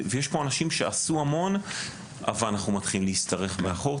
יש פה אנשים שעשו אבל אנחנו מתחילים להשתרך מאחור,